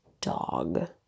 dog